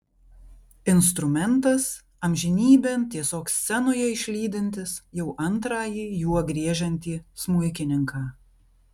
instrumentas amžinybėn tiesiog scenoje išlydintis jau antrąjį juo griežiantį smuikininką